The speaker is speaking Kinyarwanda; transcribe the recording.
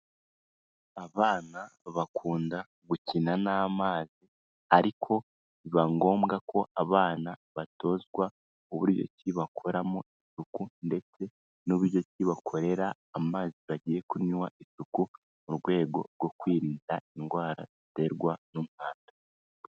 Abana bakunda gukina n'amazi ariko biba ngombwa ko abana batozwa uburyo ki bakoramo isuku ndetse n'uburyo ki bakorera amazi bagiye kunywa isuku, mu rwego rwo kwirinda indwara iterwa n'umwanda.